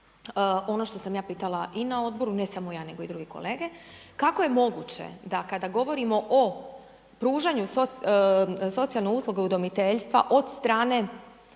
ono što sam ja pitala i na odboru, ne samo ja nego i drugi kolege, kako je moguće da kada govorimo o pružanju socijalne usluge udomiteljstva od strane